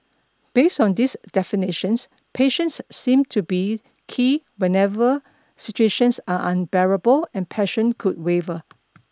based on these definitions patience seems to be key whenever situations are unbearable and passion could waver